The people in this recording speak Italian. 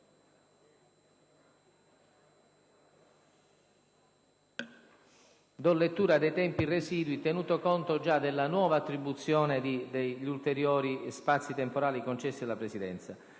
ai Gruppi dei tempi residui, che tengono conto già della nuova attribuzione degli ulteriori spazi temporali concessi dalla Presidenza: